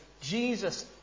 Jesus